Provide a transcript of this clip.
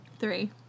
Three